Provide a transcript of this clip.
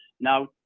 now